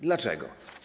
Dlaczego?